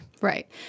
Right